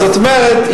זאת אומרת,